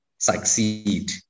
Succeed